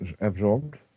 absorbed